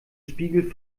spiegel